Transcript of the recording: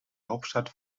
hauptstadt